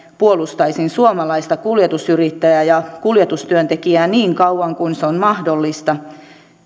puolustaisin suomalaista kuljetusyrittäjää ja kuljetustyöntekijää niin kauan kuin se on mahdollista